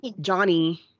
Johnny